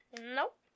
Nope